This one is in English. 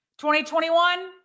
2021